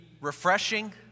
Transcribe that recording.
refreshing